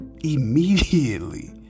immediately